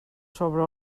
sobre